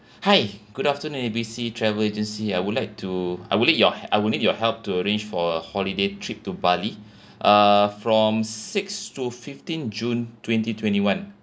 hi good afternoon A B C travel agency I would like to I would need your I will need your help to arrange for a holiday trip to bali uh from six to fifteen june twenty twenty one